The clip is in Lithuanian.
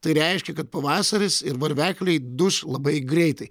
tai reiškia kad pavasaris ir varvekliai duš labai greitai